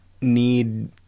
need